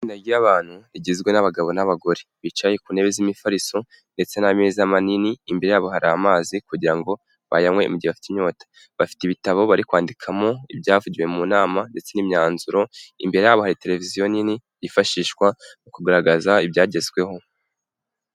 Itsinda ry'abantu rigizwe n'abagabo n'abagore bicaye ku ntebe z'imifariso ndetse n'ameza manini, imbere yabo hari amazi kugira ngo bayanywe mu gihe bafite inyota bafite ibitabo bari kwandikamo ibyavugiwe mu nama ndetse n'imyanzuro, imbere yabo hari televiziyo nini yifashishwa mu kugaragaza ibyagezweho.